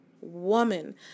woman